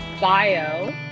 bio